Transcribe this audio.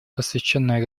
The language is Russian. посвященная